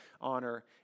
honor